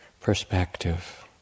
perspective